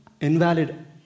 invalid